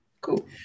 cool